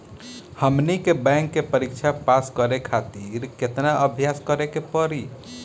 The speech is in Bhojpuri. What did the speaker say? हमनी के बैंक के परीक्षा पास करे खातिर केतना अभ्यास करे के पड़ी?